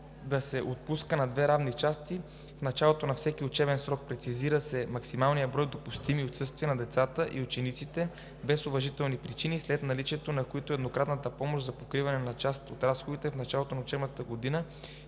да се отпуска на две равни части в началото на всеки учебен срок. Прецизира се максималният брой допустими отсъствия на децата и учениците без уважителни причини, след наличието на които еднократната помощ за покриване част от разходите в началото на учебната година